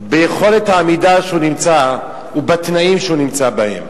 ביכולת העמידה שלו ובתנאים שהוא נמצא בהם.